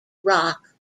rock